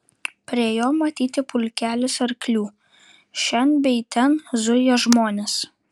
prie jo matyti pulkelis arklių šen bei ten zuja žmonės